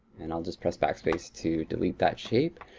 and i'll just press backspace to delete that shape.